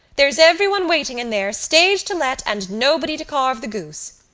there's everyone waiting in there, stage to let, and nobody to carve the goose!